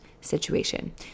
situation